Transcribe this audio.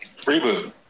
Reboot